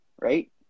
right